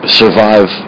survive